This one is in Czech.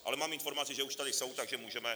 Ale mám informaci, že už tady jsou, takže můžeme.